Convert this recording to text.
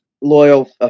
loyal